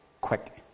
quick